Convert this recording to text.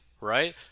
right